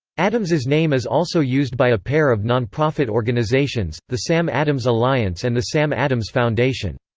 adams's name is also used by a pair of non-profit organizations, the sam adams alliance and the sam adams foundation.